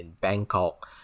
Bangkok